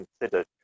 considered